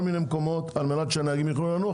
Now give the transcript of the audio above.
מיני מקומות כדי שהנהגים יוכלו לנוח,